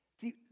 See